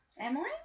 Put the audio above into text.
Emily